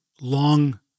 long